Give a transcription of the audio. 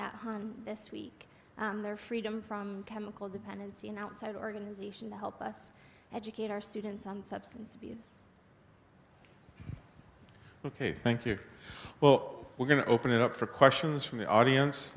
at home this week and their freedom from chemical dependency an outside organization to help us educate our students on substance abuse ok thank you well we're going to open it up for questions from the audience